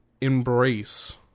embrace